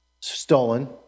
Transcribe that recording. stolen